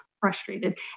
frustrated